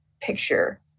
picture